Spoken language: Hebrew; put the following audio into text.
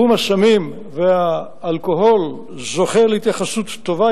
תחום הסמים והאלכוהול זוכה להתייחסות טובה